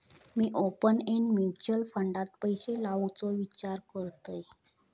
मी open end mutual फंडात पैशे लावुचो विचार करतंय